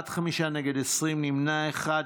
בעד, חמישה, נגד, 20, נמנע אחד.